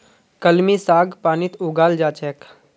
कलमी साग पानीत उगाल जा छेक